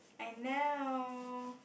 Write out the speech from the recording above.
I know